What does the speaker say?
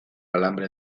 alambre